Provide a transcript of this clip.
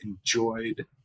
enjoyed